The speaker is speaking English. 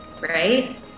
right